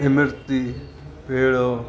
इमरती पेड़ो